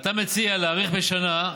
אתה מציע להאריך בשנה,